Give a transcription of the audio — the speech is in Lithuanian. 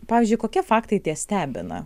pavyzdžiui kokie faktai tie stebina